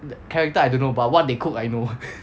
the character I don't know but what they cook I know